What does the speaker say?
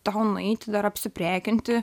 tau nueit dar apsiprekinti